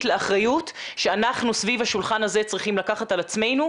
לאחריות שאנחנו סביב השולחן הזה צריכים לקחת על עצמנו,